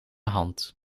hand